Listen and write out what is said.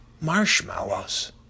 Marshmallows